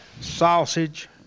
sausage